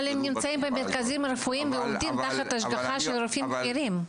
אבל הם נמצאים במרכזים רפואיים ועומדים תחת השגחה של רופאים בכירים.